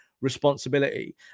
responsibility